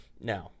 No